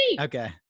Okay